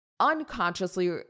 unconsciously